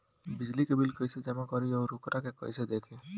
बिजली के बिल कइसे जमा करी और वोकरा के कइसे देखी?